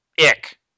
ick